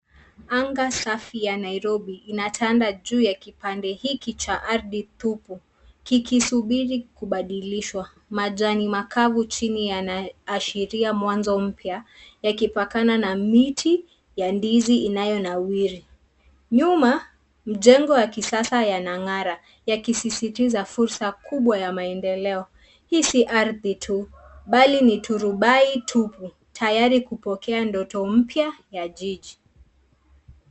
Anga safi ya Nairobi ina tanda juu ya kipande hiki cha ardhi tupu kikisubiri kubadilishwa. Majani makavu chini yanaashiria mwanzo mpya yakipakana na miti ya ndizi inayonawiri. Nyuma, mjengo wa kisasa yanangara yakisisitiza fursa kubwa ya maendeleo. Hii si ardhi tuuh, bali ni turubai tupu tayari kupokea ndoto mpya ya jiji.